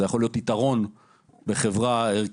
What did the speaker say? זה יכול להיות גם יתרון בחברה ערכית.